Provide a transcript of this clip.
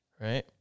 Right